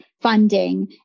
funding